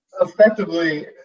effectively